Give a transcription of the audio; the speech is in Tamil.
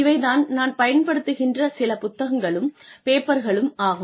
இவை தான் நான் பயன்படுத்துகின்ற சில புத்தகங்களும் பேப்பர்களும் ஆகும்